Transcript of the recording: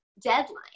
deadline